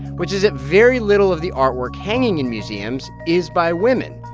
which is that very little of the artwork hanging in museums is by women.